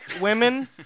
women